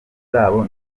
zabo